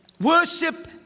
Worship